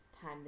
time